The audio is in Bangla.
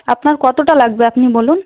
আপনার কতোটা লাগবে আপনি বলুন